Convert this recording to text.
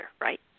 right